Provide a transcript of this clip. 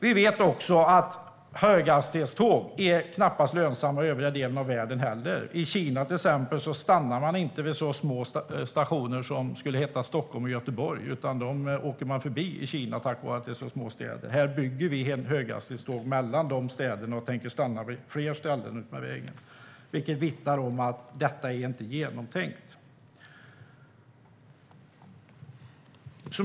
Vi vet också att höghastighetståg knappast är lönsamma i övriga världen heller. I Kina till exempel stannar man inte vid stationer som motsvarar stationerna i Stockholm och Göteborg, utan dem åker man förbi eftersom det är så små städer. Här bygger vi höghastighetståg mellan de städerna och tänker att tågen ska stanna vid fler ställen utmed vägen. Det vittnar om att detta inte är genomtänkt.